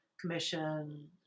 Commission